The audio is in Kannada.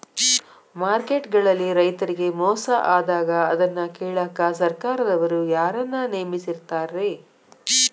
ಮಾರ್ಕೆಟ್ ಗಳಲ್ಲಿ ರೈತರಿಗೆ ಮೋಸ ಆದಾಗ ಅದನ್ನ ಕೇಳಾಕ್ ಸರಕಾರದವರು ಯಾರನ್ನಾ ನೇಮಿಸಿರ್ತಾರಿ?